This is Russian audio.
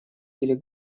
или